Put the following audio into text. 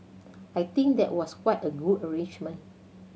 I think that was quite a good arrangement